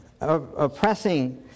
oppressing